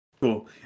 Cool